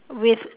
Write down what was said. with